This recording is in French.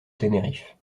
tenerife